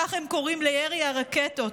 כך הם קוראים לירי הרקטות,